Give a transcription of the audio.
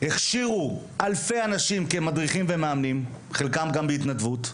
הכשירו אלפי אנשים כמדריכים ומאמנים חלקם גם בהתנדבות,